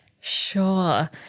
Sure